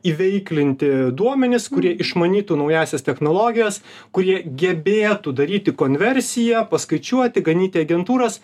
įveiklinti duomenis kurie išmanytų naująsias technologijas kurie gebėtų daryti konversiją paskaičiuoti ganyti agentūras